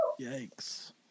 Yikes